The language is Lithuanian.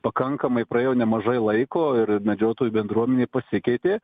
pakankamai praėjo nemažai laiko ir medžiotojų bendruomenė pasikeitė